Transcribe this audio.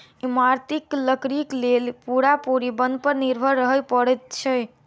इमारती लकड़ीक लेल पूरा पूरी बन पर निर्भर रहय पड़ैत छै